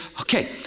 okay